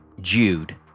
Jude